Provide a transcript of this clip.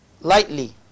Lightly